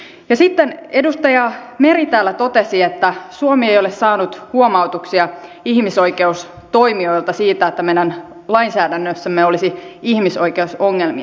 ja sitten edustaja meri täällä totesi että suomi ei ole saanut huomautuksia ihmisoikeustoimijoilta siitä että meidän lainsäädännössämme olisi ihmisoikeusongelmia